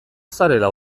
zarela